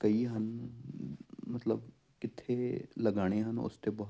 ਕਈ ਹਨ ਮਤਲਬ ਕਿੱਥੇ ਲਗਾਉਣੇ ਹਨ ਉਸ 'ਤੇ ਬਹੁਤ